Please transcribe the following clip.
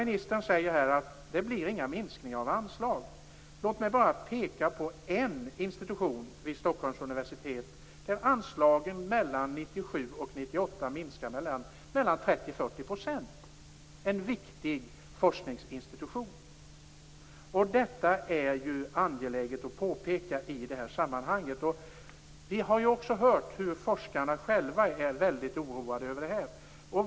Ministern säger att det inte blir några minskningar av anslag. Låt mig bara peka på en institution vid 1998 minskar med 30-40 %. Det är en viktig forskningsinstitution. Det är angeläget att påpeka detta i det här sammanhanget. Vi har också hört hur forskarna själva är väldigt oroade över detta.